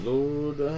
Lord